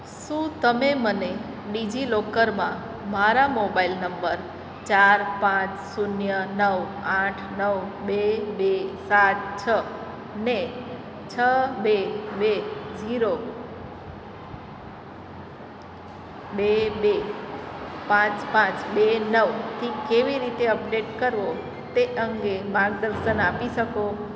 શું તમે મને ડીજીલોકરમાં મારા મોબાઈલ નંબર ચાર પાંચ શૂન્ય નવ આઠ નવ બે બે સાત છને છ બે બે ઝીરો બે બે પાંચ પાંચ બે નવથી કેવી રીતે અપડેટ કરવો તે અંગે માર્ગ દર્શન આપી શકો